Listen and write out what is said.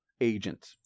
agent